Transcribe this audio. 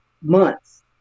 months